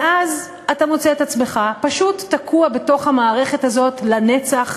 ואז אתה מוצא את עצמך פשוט תקוע בתוך המערכת הזאת לנצח,